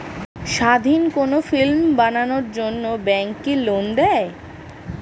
স্বাধীন কোনো ফিল্ম বানানোর জন্য ব্যাঙ্ক কি লোন দেয়?